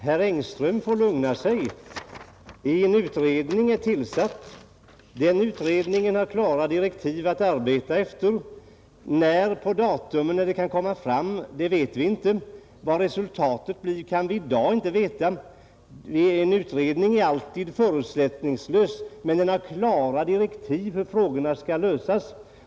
Herr talman! Herr Engström får lugna sig. En utredning är tillsatt. Den har klara direktiv att arbeta efter. När den kan presentera sitt betänkande vet vi inte. Och vad resultatet blir kan vi inte heller säga någonting om i dag. En utredning är alltid förutsättningslös. Men utredningen har klara direktiv för hur frågorna skall lösas.